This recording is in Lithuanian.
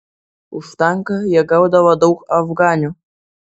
už tanką jie gaudavo daug afganių